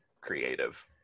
creative